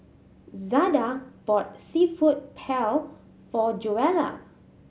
Zada bought Seafood Paella for Joella